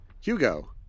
Hugo